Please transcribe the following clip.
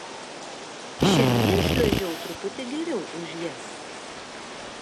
šiandien šliuožiau truputį geriau už jas